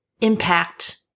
impact